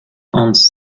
hans